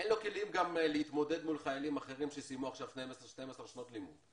אין לו כלים גם להתמודד מול חיילים אחרים שסיימו 12 שנות לימוד.